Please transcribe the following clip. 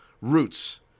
Roots